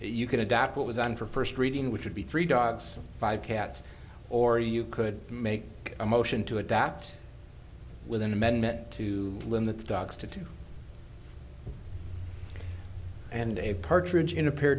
you can adapt what was on for first reading which would be three dogs five cats or you could make a motion to adapt with an amendment to limit the dogs to two and a partridge in a pear